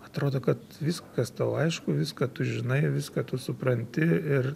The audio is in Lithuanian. atrodo kad viskas tau aišku viską tu žinai viską tu supranti ir